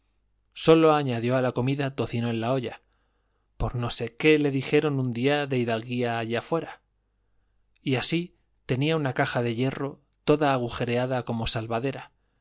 sólo añadió a la comida tocino en la olla por no sé qué que le dijeron un día de hidalguía allá fuera y así tenía una caja de hierro toda agujerada como salvadera